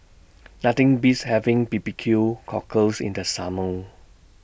Nothing Beats having B B Q Cockles in The Summer